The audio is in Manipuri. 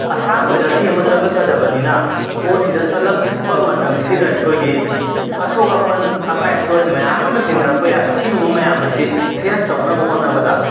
ꯑꯁꯥꯡꯕ ꯖꯔꯅꯤ ꯑꯃ ꯆꯠꯂꯛꯀꯗꯕꯅꯤꯅ ꯄꯣꯠꯁꯤꯗ ꯆꯠꯂꯛꯄ ꯃꯇꯝꯁꯤꯗ ꯑꯩꯈꯣꯏꯒꯤ ꯑꯁꯣꯛ ꯑꯄꯟ ꯑꯀꯥꯏ ꯑꯇꯣꯏ ꯃꯌꯥꯝ ꯑꯃ ꯊꯦꯡꯅꯔꯛꯄ ꯌꯥꯏ ꯑꯁꯤꯒꯨꯝꯕ ꯃꯌꯥꯝ ꯑꯁꯤ ꯐꯦꯁ ꯇꯧꯅꯕ ꯍꯣꯠꯅꯕꯗ